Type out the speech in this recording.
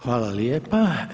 Hvala lijepa.